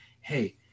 hey